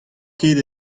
ket